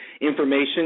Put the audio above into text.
Information